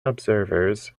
observers